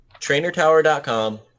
Trainertower.com